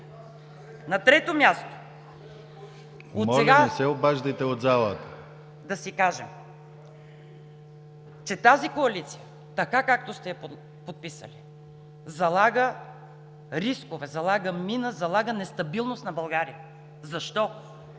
На трето място, отсега да си кажем, че тази коалиция, както сте я подписали, залага рискове, залага мина, залага нестабилност на България. Защо?